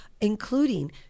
including